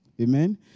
Amen